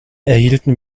erhielten